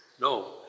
No